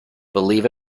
believe